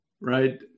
right